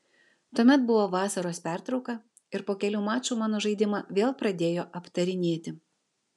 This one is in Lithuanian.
tuomet buvo vasaros pertrauka ir po kelių mačų mano žaidimą vėl pradėjo aptarinėti